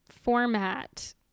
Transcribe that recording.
format